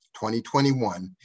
2021